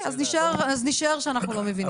-- שתהיה תוספת של 1,000 שקל במשך שלוש שנים,